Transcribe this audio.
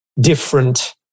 different